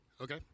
okay